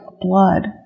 blood